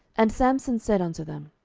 and samson said unto them,